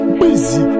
busy